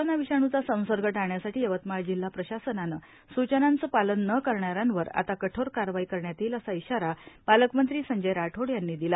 corona विषाणुचा संसर्ग टाळण्यासाठी यवतमाळ जिल्हा प्रशासनाने सूचनांचे पालन न करणाऱ्यांवर आता कठोर कारवाई करण्यात येईल असा ईशारा पालकमंत्री संजय राठोड यांनी दिला